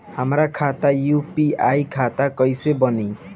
हमार खाता यू.पी.आई खाता कइसे बनी?